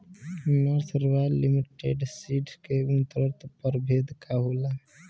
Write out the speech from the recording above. North Royal Limited Seeds के उन्नत प्रभेद का होला?